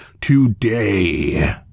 today